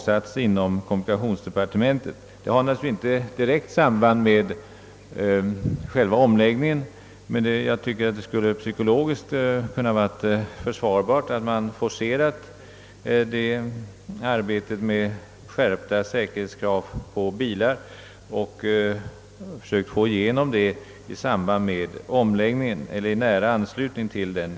Det har naturligtvis inte något direkt samband med själva omläggningen, men det skulle psykologiskt vara lämpligt att forcera arbetet med skärpt säkerhetsskydd på bilar och söka få igenom det i samband med omläggningen eller åtminstone i nära anslutning till den.